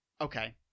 okay